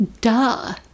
Duh